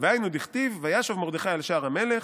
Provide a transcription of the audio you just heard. "והיינו דכתיב וישב מרדכי אל שער המלך,